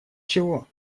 чего